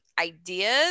ideas